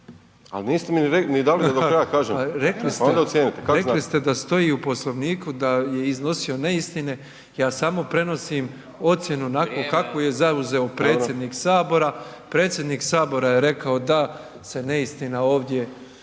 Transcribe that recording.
znate? **Petrov, Božo (MOST)** Rekli ste da stoji u Poslovniku da je iznosio neistine, ja samo prenosim ocjenu onako kako je zauzeo predsjednik Sabora, predsjednik Sabora je rekao da se neistina ovdje